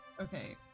Okay